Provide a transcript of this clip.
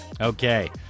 okay